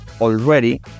already